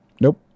Nope